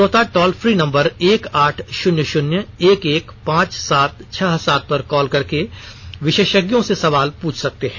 श्रोता toll free number एक आठ शून्य शून्य एक एक पांच सात छह सात पर कॉल करके विशेषज्ञों से सवाल पूछ सकते हैं